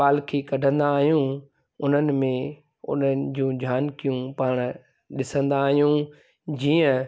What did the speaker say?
पालकी कढंदा आहियूं उन्हनि में उन्हनि जूं झांकियूं पाण ॾिसंदा आहियूं जीअं